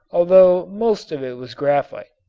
although most of it was graphite.